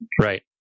Right